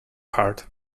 heart